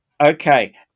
Okay